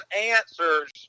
answers